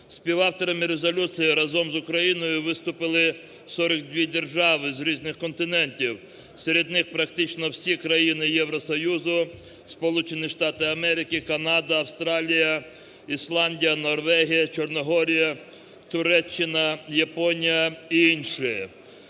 Співавторами резолюції разом з Україною виступили 42 держави з різних континентів. Серед них практично всі країни Євросоюзу, Сполучені Штати Америки, Канада, Австралія, Ісландія, Норвегія, Чорногорія, Туреччина, Японія і інші.